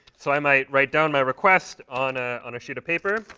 so i might write down my request on ah on a sheet of paper.